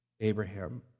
Abraham